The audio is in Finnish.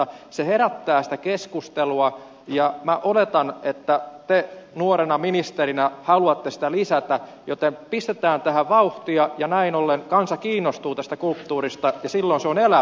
se herättää sitä keskustelua ja minä oletan että te nuorena ministerinä haluatte sitä lisätä joten pistetään tähän vauhtia ja näin ollen kansa kiinnostuu tästä kulttuurista ja silloin se on elävää se kulttuuri